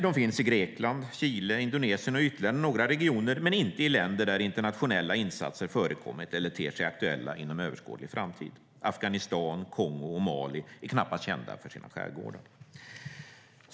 De finns i Grekland, Chile, Indonesien och ytterligare några regioner men inte i länder där internationella insatser förekommit eller ter sig aktuella inom överskådlig framtid. Afghanistan, Kongo och Mali är knappast kända för sina skärgårdar.